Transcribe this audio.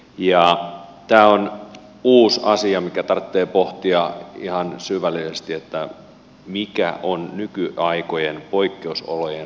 tämä on uusi asia mitä tarvitsee pohtia ihan syvällisesti että mikä on nykyaikojen poikkeusolojen raja